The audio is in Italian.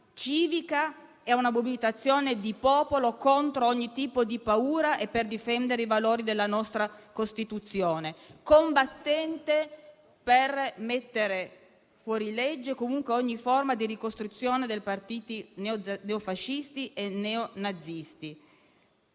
civica e una mobilitazione di popolo contro ogni tipo di paura e per difendere i valori della nostra Costituzione. Combattente per mettere fuori legge comunque ogni forma di ricostruzione dei partiti neofascisti e neonazisti.